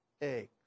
eggs